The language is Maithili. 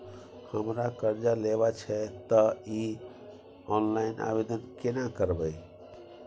हमरा कर्ज लेबा छै त इ ऑनलाइन आवेदन केना करबै?